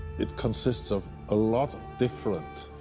it consists of a lot of different